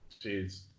Jeez